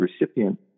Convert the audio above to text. recipient